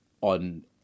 on